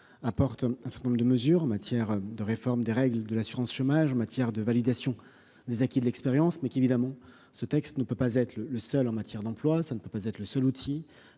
apporte un certain nombre de mesures en matière de réforme des règles de l'assurance chômage en matière de validation des acquis de l'expérience, mais qui, évidemment, ce texte ne peut pas être le seul, en matière d'emploi, ça ne peut pas être le seul outil